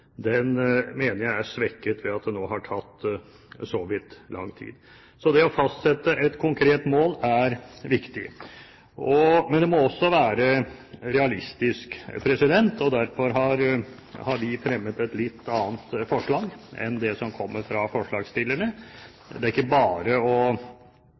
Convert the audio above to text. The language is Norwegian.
mener jeg er svekket ved at det nå har tatt så vidt lang tid. Så det å fastsette et konkret mål er viktig. Men det må også være realistisk. Derfor har vi fremmet et litt annet forslag enn det som kommer fra forslagsstillerne. Det er ikke bare å